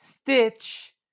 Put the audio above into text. Stitch